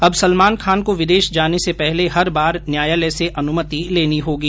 अब सलमान खान को विदेश जाने से पहले हर बार न्यायालय से अनुमति लेनी होगी